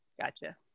Gotcha